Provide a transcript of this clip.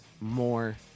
more